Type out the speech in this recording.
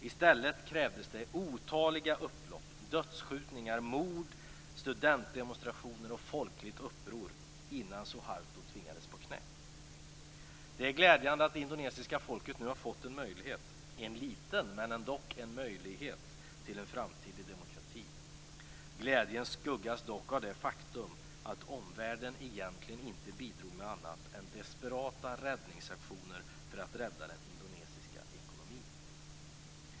I stället krävdes det otaliga upplopp, dödsskjutningar, mord, studentdemonstrationer och folkligt uppror innan Suharto tvingades på knä. Det är glädjande att det indonesiska folket nu har fått en liten möjlighet, men ändock en möjlighet, till en framtid i demokrati. Glädjen skuggas dock av det faktum att omvärlden egentligen inte bidrog med annat än desperata räddningsaktioner för att rädda den indonesiska ekonomin.